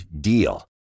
DEAL